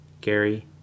Gary